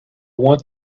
want